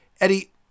Eddie